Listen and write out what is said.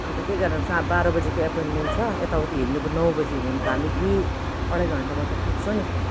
अन्त त्यही कारण बाह्र बजीको एपोइन्टमेन्ट छ यता उति हिँड्नु पनि नौ बजी हिँड्यो भने त हामी दुई अढाई घन्टमा त पुग्छ नि त